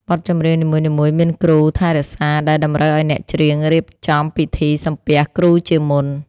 បទចម្រៀងនីមួយៗមានគ្រូ ថែរក្សា ដែលតម្រូវឱ្យអ្នកច្រៀងរៀបចំពិធីសំពះគ្រូជាមុន។